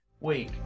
week